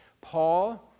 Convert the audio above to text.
Paul